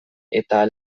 eta